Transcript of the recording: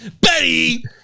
Betty